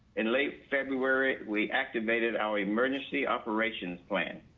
in late february, we activated our emergency operations plan,